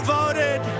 voted